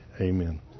Amen